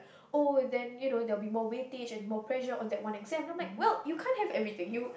oh then you know there will be more weightage and more pressure on that one exam I'm like well you can't have everything you